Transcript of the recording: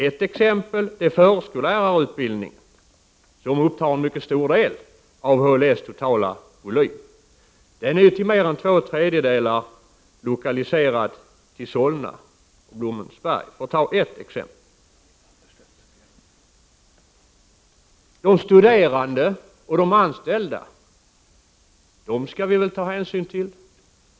Ett exempel gäller förskollärarutbildningen, som upptar en mycket stor del av HIS totala volym; den är till mer än två tredjedelar lokaliserad till Solna och Blommensberg. De studerande och de anställda måste vi väl också ta hänsyn till.